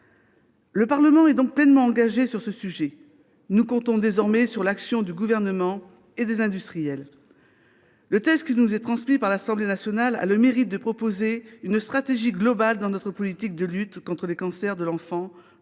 Le Parlement est donc pleinement engagé. Nous comptons désormais sur l'action du Gouvernement et des industriels. Le texte qui nous est transmis par l'Assemblée nationale a le mérite de proposer une stratégie globale dans notre politique de lutte contre les cancers de l'enfant,